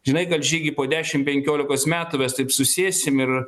žinai gal žygi po dešim penkiolikos metų mes taip susėsim ir